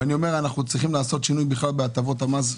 אנחנו צריכים לעשות שינוי במפת הטבות המס.